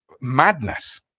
madness